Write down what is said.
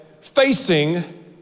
facing